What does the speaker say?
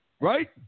Right